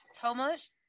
thomas